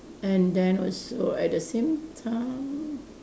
and then also at the same time